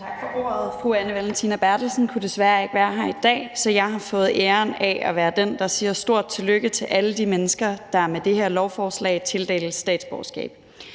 tak for ordet. Fru Anne Valentina Berthelsen kunne desværre ikke være her i dag, så jeg har fået æren af at være den, der siger stort tillykke til alle de mennesker, der med det her lovforslag tildeles statsborgerskab.